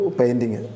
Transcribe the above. painting